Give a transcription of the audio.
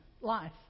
life